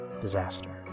Disaster